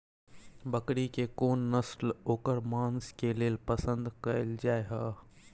बकरी के कोन नस्ल ओकर मांस के लेल पसंद कैल जाय हय?